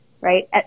right